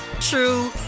true